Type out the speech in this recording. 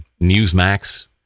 Newsmax